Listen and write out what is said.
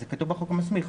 אז זה כתוב בחוק המסמיך.